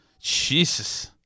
Jesus